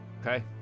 Okay